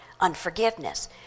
unforgiveness